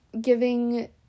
giving